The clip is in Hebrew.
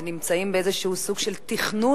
הם נמצאים באיזה סוג של תכנון,